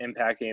impacting